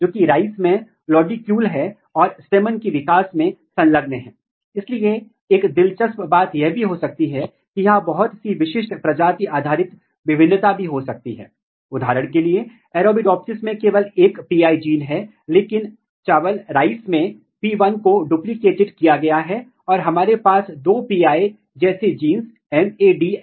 कभी कभी अगर एक जीन का परिवार है और एक से अधिक सदस्य हैं तो वे सभी या उनमें से कुछ एक ही कार्य करते हैं जिसका अर्थ है कि यदि आपके पास एक जीन का म्युटेंट है तो आप एक महत्वपूर्ण प्रभाव नहीं देख सकते हैं लेकिन यदि आप एक से अधिक जीनों को म्यूटएट करते हैं तो आप इस प्रभाव को देखना शुरू करते हैं इसे आनुवंशिक रिडंडेंसी कहते हैं